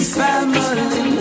family